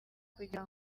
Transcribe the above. kugira